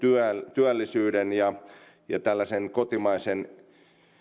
työllisyyden ja ja kotimaisen